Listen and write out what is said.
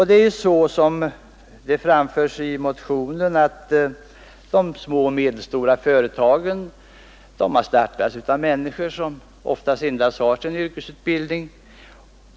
Det är ju så som det framhållits i motionen att de små och medelstora företagen har startats av människor som oftast endast har sin yrkesutbildning.